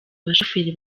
abashoferi